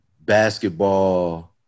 basketball